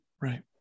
right